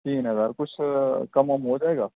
تین ہزار کچھ کم وم ہوجائے گا